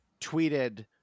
tweeted